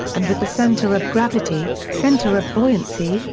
and with the centre of gravity, centre of buoyancy,